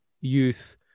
youth